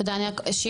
תודה רק שמעון,